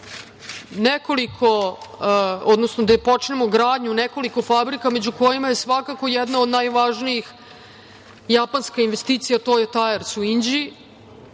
da počnemo gradnju nekoliko fabrika među kojima je svakako jedna od najvažnijih japanska investicija „Tojo tajers“ u Inđiji.